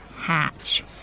hatch